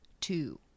two